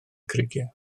creigiau